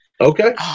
Okay